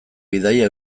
bidaia